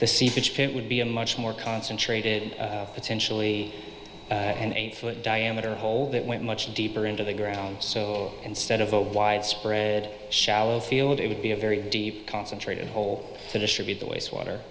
the seepage pit would be a much more concentrated potentially an eight foot diameter hole that went much deeper into the ground so instead of a widespread shallow field it would be a very deep concentrated hole to distribute the waste water